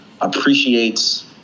appreciates